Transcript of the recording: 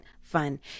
fun